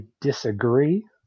disagree